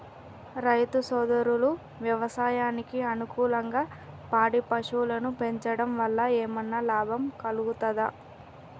రైతు సోదరులు వ్యవసాయానికి అనుకూలంగా పాడి పశువులను పెంచడం వల్ల ఏమన్నా లాభం కలుగుతదా?